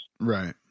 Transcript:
Right